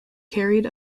carried